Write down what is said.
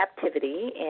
captivity